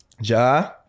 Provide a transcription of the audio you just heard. Ja